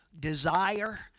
desire